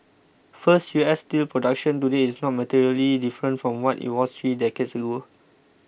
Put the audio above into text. first U S steel production today is not materially different from what it was three decades ago